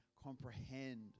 comprehend